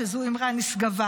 שזו אמרה נשגבה,